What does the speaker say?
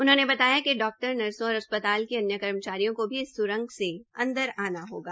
उन्होंने बताया कि डॉक्टर नर्सो और अन्य कर्मचारियों को भी इस सुरंग से अंदर आना होगा